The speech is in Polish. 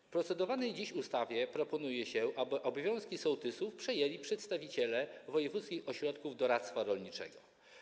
W procedowanej dziś ustawie proponuje się, aby obowiązki sołtysów przejęli przedstawiciele wojewódzkich ośrodków doradztwa rolniczego.